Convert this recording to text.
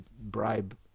bribe